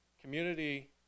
community